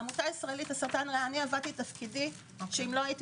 העמותה הישראלית לסרטן ריאה אם לא הייתי